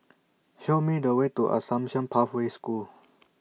Show Me The Way to Assumption Pathway School